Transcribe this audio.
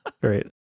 Great